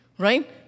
Right